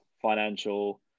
financial